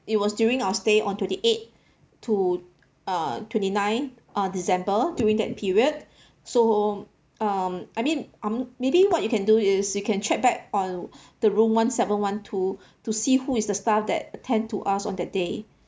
it was during our stay on the eight to uh twenty nine uh december during that period so um I mean I'm maybe what you can do is you can check back on the room one seven one two to see who is the staff that attend to us on that day